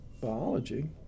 biology